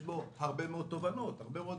יש בו הרבה מאוד תובנות, הרבה מאוד